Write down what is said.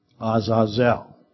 Azazel